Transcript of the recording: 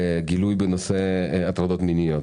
גילוי בנושא הטרדות מיניות.